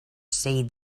see